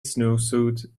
snowsuit